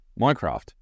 Minecraft